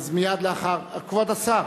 כבוד השר